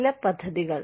ചില പദ്ധതികൾ